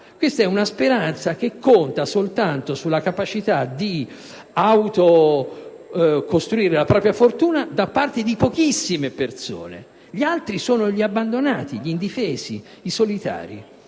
valida. È una speranza che conta soltanto sulla capacità di autocostruire la propria fortuna da parte di pochissime persone. Gli altri sono gli abbandonati, gli indifesi, i solitari.